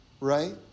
right